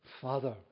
Father